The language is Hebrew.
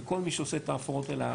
וכל מי שעושה את ההפרעות האלה,